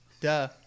Duh